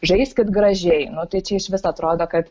žaiskit gražiai nu tai čia išvis atrodo kad